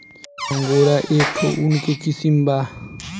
angora एक ठो ऊन के किसिम बा